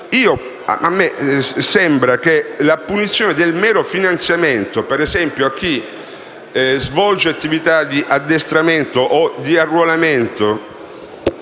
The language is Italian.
A me sembra che la punizione del mero finanziamento, ad esempio nei confronti di chi svolge attività di addestramento o di arruolamento,